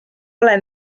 ole